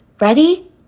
Ready